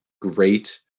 great